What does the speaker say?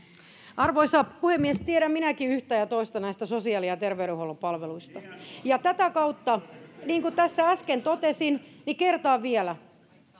arvoisa puhemies tiedän minäkin yhtä ja toista näistä sosiaali ja ja terveydenhuollon palveluista ja tätä kautta niin kuin tässä äsken totesin kertaan vielä